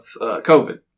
COVID